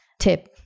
tip